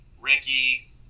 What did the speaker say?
Ricky